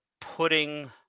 putting